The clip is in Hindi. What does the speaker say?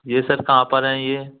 यह सर कहाँ पर हैं यह